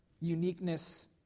uniqueness